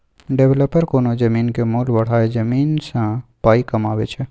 developer कोनो जमीनक मोल बढ़ाए जमीन सँ पाइ कमाबै छै